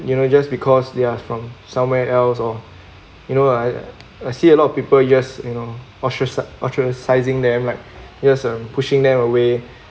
you know just because they are from somewhere else or you know I I see a lot of people just you know ostracize ostracizing them like here some pushing them away